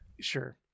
Sure